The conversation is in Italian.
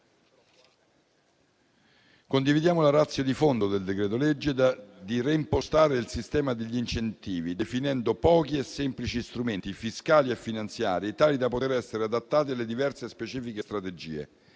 Condividiamo la *ratio* di fondo di reimpostare il sistema degli incentivi, definendo pochi e semplici strumenti fiscali e finanziari, tali da poter essere adattati alle diverse e specifiche strategie,